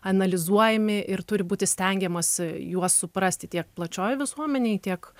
analizuojami ir turi būti stengiamasi juos suprasti tiek plačioj visuomenėj tiek